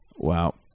Wow